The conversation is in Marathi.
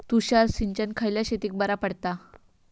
तुषार सिंचन खयल्या शेतीक बरा पडता?